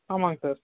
ஆமாங்க சார்